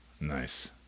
Nice